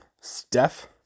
Steph